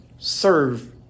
Serve